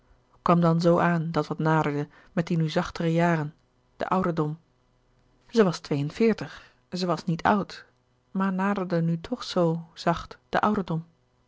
kwam dan zoo aan dat wat naderde met die nu zachtere jaren de ouderdom zij was twee-en-veertig zij was niet oud maar naderde nu toch zoo zacht de ouderdom